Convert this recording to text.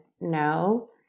no